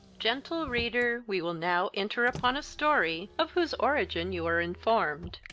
gentle reader, we will now enter upon a story, of whose origin you are informed.